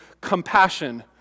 compassion